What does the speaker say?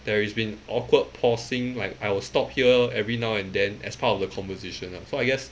there is been awkward pausing like I will stop here every now and then as part of the conversation lah so I guess